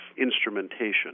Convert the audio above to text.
instrumentation